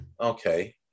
Okay